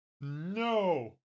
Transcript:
No